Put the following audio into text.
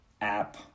app